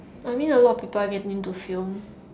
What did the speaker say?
I mean a lot of people are getting into film